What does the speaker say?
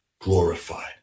glorified